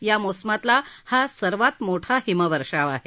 या मोसमातला हा सर्वात मोठ हिमवर्षाव आहे